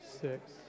Six